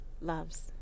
loves